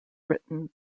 written